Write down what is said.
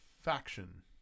faction